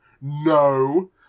no